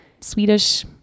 Swedish